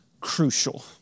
crucial